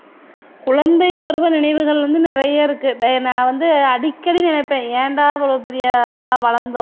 குழந்தை பருவநினைவுகள் வந்து நிறையா இருக்கு நான் வந்து அடிக்கடி நினைப்பேன் ஏன்டா இவ்வளோ பெரிய ஆளாக வளர்ந்தோம்